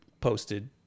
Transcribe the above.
posted